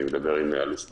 אני מדבר עם אלוף פקע"ר,